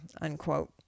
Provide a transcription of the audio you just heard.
unquote